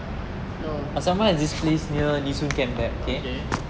no okay